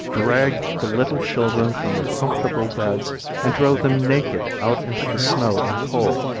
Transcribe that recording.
dragged the little children from their comfortable beds and drove them naked out into the snow and cold,